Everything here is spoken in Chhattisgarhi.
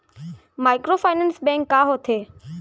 माइक्रोफाइनेंस बैंक का होथे?